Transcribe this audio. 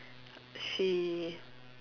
she